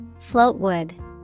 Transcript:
Floatwood